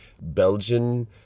Belgian